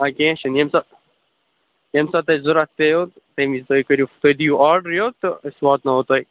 ہے کیٚنٛہہ چھُنہٕ ییٚمہِ ساتہٕ ییٚمہِ ساتہٕ تۄہہِ ضروٗرت پیٚیوٕ تَمہِ وِزِ تُہۍ کٔرِو تُہۍ دِیِو آرڈرٕے یوت تہٕ أسۍ واتٕناوَو تۄہہِ